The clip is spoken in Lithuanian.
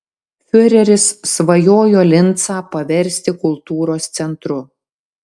fiureris svajojo lincą paversti kultūros centru